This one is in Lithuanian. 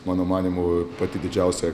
mano manymu pati didžiausia